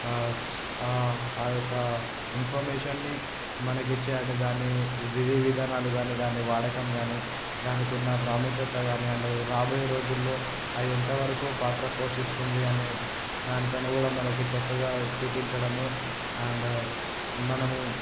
ఆ యొక్క ఇన్ఫర్మేషన్ని మనకి ఇచ్చే అంటే దాన్ని విధివిధానాలు కాని దాని వాడకం కాని దానికున్న ప్రాముఖ్యత కాని అండ్ రాబోయే రోజుల్లో అది ఎంతవరకు పాత్ర పోషిస్తుంది అనే దాని పైన కూడా మనకి చక్కగా చూపించడం అండ్ మనము